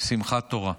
שמחת תורה.